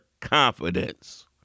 confidence